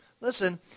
listen